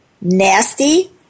nasty